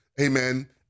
amen